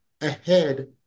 ahead